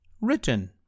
written